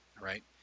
right